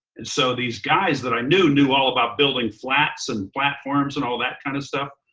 and so these guys that i knew knew all about building flats and platforms and all that kind of stuff,